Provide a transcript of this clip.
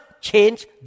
change